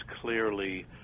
clearly